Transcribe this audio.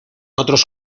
otros